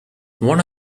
one